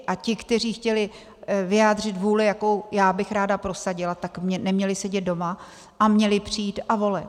A ti, kteří chtěli vyjádřit vůli, jakou já bych ráda prosadila, tak neměli sedět doma a měli přijít a volit.